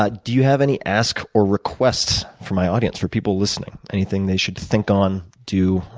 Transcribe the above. but do you have any asks or requests for my audience, for people listening? anything they should think on, do,